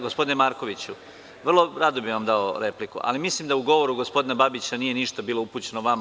Gospodine Markoviću, vrlo rado bih vam dao repliku, ali mislim da u govoru gospodina Babića nije ništa negativno bilo upućeno vama.